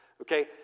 Okay